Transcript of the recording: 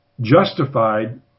justified